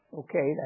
okay